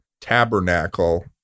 tabernacle